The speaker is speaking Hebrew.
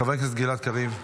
חבר הכנסת גלעד קריב.